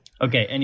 Okay